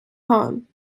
home